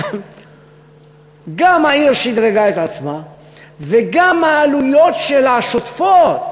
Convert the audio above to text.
גם העיר שדרגה את עצמה וגם העלויות השוטפות